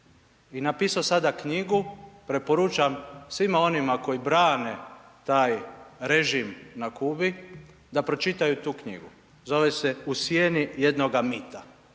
i napisao sada knjigu, preporučam svima onima koji brane taj režim na Kubi da pročitaju tu knjigu, zove se „U sjedni jednoga mita“.